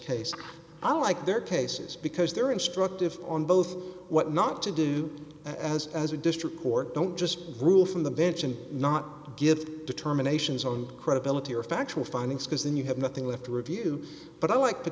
case i like their cases because they're instructive on both what not to do as as a district court don't just rule from the bench and not give determinations on credibility or factual findings because then you have nothing left to review but i like to